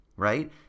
Right